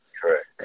Correct